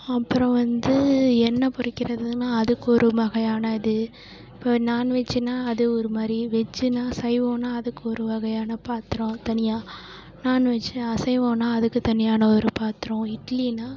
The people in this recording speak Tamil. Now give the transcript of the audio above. அப்புறம் வந்து எண்ணெய் பொரிக்கிறதுனால் அதுக்கு ஒரு வகையான இது இப்போ நான்வெஜ்ஜினால் அது ஒருமாதிரி வெஜ்ஜினால் சைவோம்னா அதுக்கு ஒரு வகையான பாத்திரம் தனியாக நான்வெஜ் அசைவோனால் அதுக்கு தனியான ஒரு பாத்திரம் இட்லினால்